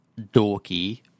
Dorky